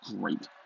great